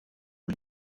aux